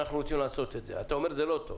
רוצים לעשות את זה ואתה אומר שזה לא טוב.